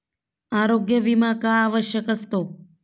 आरोग्य विमा का आवश्यक असतो?